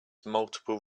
multiple